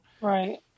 Right